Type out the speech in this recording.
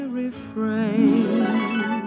refrain